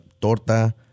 torta